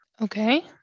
Okay